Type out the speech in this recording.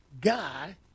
guy